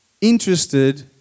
interested